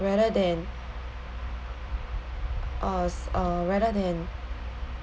rather than uh s~ uh rather than